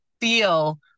feel